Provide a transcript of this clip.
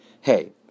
hey